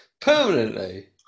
Permanently